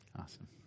awesome